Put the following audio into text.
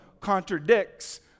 contradicts